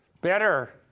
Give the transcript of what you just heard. better